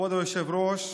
כבוד היושב-ראש,